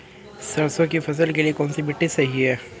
सरसों की फसल के लिए कौनसी मिट्टी सही हैं?